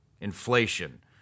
Inflation